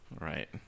right